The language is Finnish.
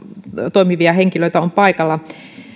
toimivia henkilöitä on paikalla